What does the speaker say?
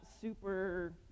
super